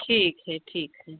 ठीक है ठीक है